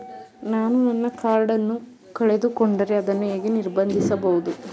ನಾನು ನನ್ನ ಕಾರ್ಡ್ ಅನ್ನು ಕಳೆದುಕೊಂಡರೆ ಅದನ್ನು ಹೇಗೆ ನಿರ್ಬಂಧಿಸಬಹುದು?